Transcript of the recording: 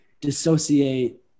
dissociate